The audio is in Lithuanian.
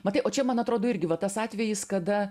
matai o čia man atrodo irgi va tas atvejis kada